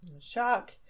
shock